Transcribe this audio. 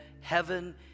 heaven